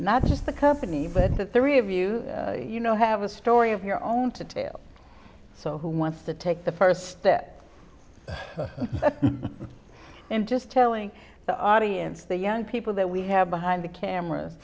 not just the company but the three of you you know have a story of your own to tale so who wants to take the first step and just telling the audience the young people that we have behind the camera